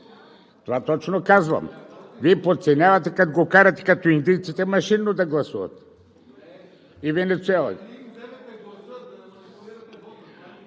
Това точно казвам: Вие го подценявате, като го карате, като индийците машинно да гласува – и Венецуела.